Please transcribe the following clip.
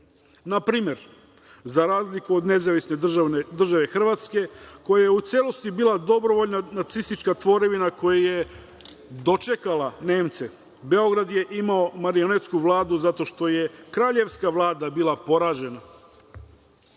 primer, za razliku od NDH koja je u celosti bila dobrovoljna nacistička tvorevina, koja je dočekala Nemce, Beograd je imao marionetsku Vladu zato što je kraljevska Vlada bila poražena.